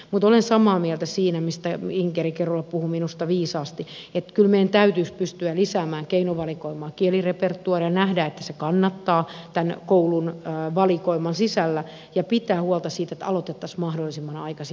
mutta olen samaa mieltä siinä mistä inkeri kerola puhui minusta viisaasti että kyllä meidän täytyisi pystyä lisäämään keinovalikoimaa kielirepertoaaria ja nähdä että se kannattaa tämän koulun valikoiman sisällä ja pitää huolta siitä että aloitettaisiin mahdollisimman aikaisin